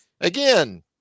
again –